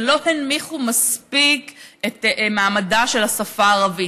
שלא הנמיכו מספיק את מעמדה של השפה הערבית.